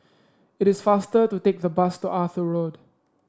it is faster to take the bus to Arthur Road